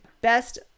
Best